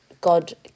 God